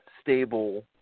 stable